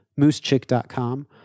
moosechick.com